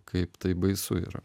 kaip tai baisu yra